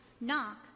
Knock